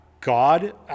God